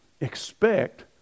Expect